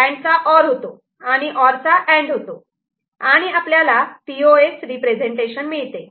and चा or होतो आणि ऑर चा अँड होतो आणि आपल्याला पी ओ एस रिप्रेझेंटेशन मिळते